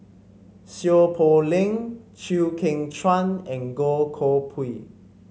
Seow Poh Leng Chew Kheng Chuan and Goh Koh Pui